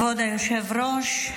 כבוד היושב-ראש,